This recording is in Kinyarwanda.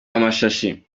amashashi